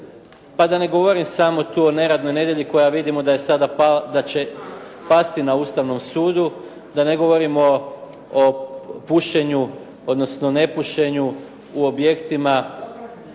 pa da ne govorim samo tu o neradnoj nedjelji koja vidimo da će pasti na Ustavnom sudu, da ne govorimo o pušenju, odnosno nepušenju u objektima,